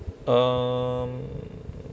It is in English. um